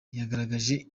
yagaragaje